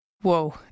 Whoa